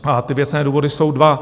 A ty věcné důvody jsou dva.